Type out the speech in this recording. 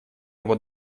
его